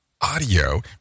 audio